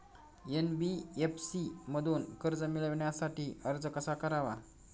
NBFC मधून कर्ज मिळवण्यासाठी अर्ज कसा करावा?